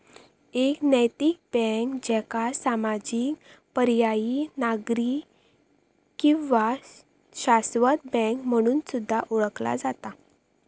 एक नैतिक बँक, ज्याका सामाजिक, पर्यायी, नागरी किंवा शाश्वत बँक म्हणून सुद्धा ओळखला जाता